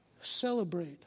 Celebrate